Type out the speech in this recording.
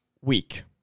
week